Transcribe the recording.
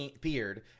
beard